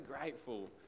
grateful